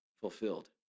fulfilled